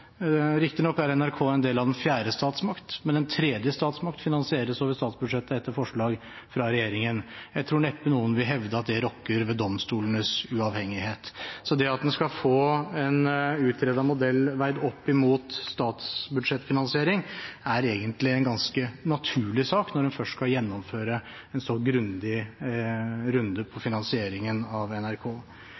Riktignok er NRK en del av den fjerde statsmakt, men den tredje statsmakt finansieres over statsbudsjettet etter forslag fra regjeringen. Jeg tror neppe noen vil hevde at det rokker ved domstolenes uavhengighet. Det at en skal få en utredet modell veid opp mot statsbudsjettfinansiering, er egentlig en ganske naturlig sak når en først skal gjennomføre en så grundig runde på finansieringen av NRK.